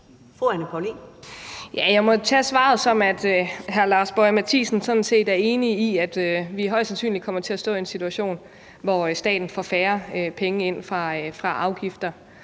Jeg må tage svaret, som at hr. Lars Boje Mathiesen sådan set er enig i, at vi højst sandsynligt kommer til at stå i en situation, hvor staten får færre penge ind fra afgifter.